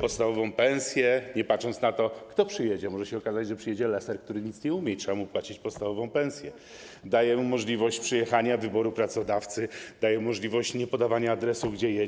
podstawową pensję, niezależnie od tego, kto przyjedzie - może się okazać, że przyjedzie leser, który nic nie umie, i trzeba mu płacić podstawową pensję - daje możliwość przyjechania, wyboru pracodawcy, daje możliwość niepodawania adresu, gdzie jadą.